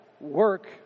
work